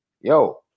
yo